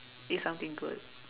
eat something good